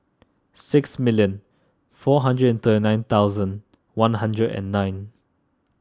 six million four hundred and third nine thousand one hundred and nine